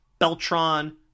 Beltron